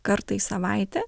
kartą į savaitę